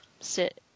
sit